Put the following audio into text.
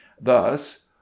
Thus